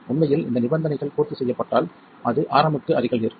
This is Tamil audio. உண்மையில் இந்த நிபந்தனைகள் பூர்த்தி செய்யப்பட்டால் அது Rm க்கு அருகில் இருக்கும்